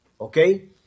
Okay